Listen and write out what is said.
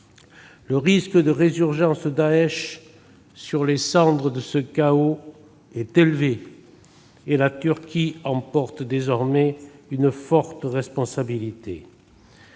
Le risque de résurgence de Daech sur les cendres de ce chaos est élevé, et la Turquie porte désormais une forte responsabilité.